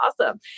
awesome